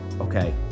Okay